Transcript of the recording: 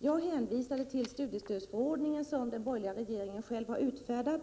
Jag hänvisade till studiestödsförordningen, vilken den borgerliga regeringen själv utfärdade.